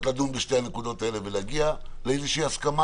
לדון בשתי הנקודות האלה ולהגיע לאיזושהי הסכמה